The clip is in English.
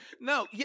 No